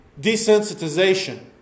desensitization